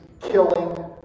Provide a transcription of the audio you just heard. killing